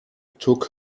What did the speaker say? took